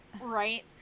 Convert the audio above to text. Right